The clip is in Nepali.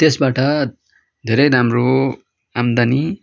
त्यसबाट धेरै राम्रो आमदानी